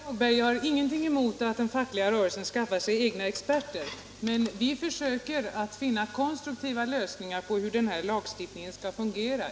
Herr talman! Nej, herr Hagberg, jag har ingenting emot att den fackliga rörelsen skaffar sig egna experter. Men vi försöker finna konstruktiva lösningar för att den här lagstiftningen skall fungera.